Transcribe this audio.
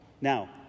Now